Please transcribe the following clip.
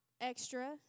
extra